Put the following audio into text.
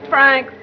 Frank